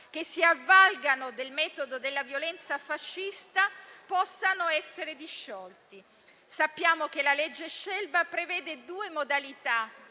che si avvalgano del metodo della violenza fascista, possano essere disciolte. Sappiamo che la cosiddetta legge Scelba prevede due modalità